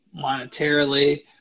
monetarily